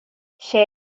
che